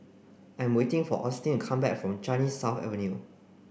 I'm waiting for Austin come back from Changi South Avenue